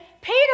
Peter